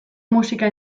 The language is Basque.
musika